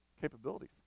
capabilities